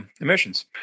emissions